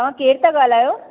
तव्हां केरु था ॻाल्हायो